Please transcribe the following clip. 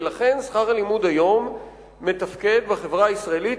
ולכן שכר הלימוד היום מתפקד בחברה הישראלית